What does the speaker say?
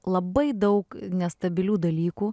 labai daug nestabilių dalykų